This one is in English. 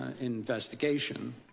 Investigation